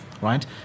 right